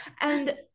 And-